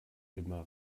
immer